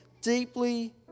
deeply